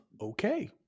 Okay